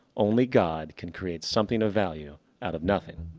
only god can create something of value out of nothing.